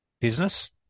Business